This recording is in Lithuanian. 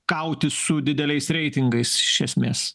kautis su dideliais reitingais iš esmės